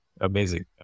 Amazing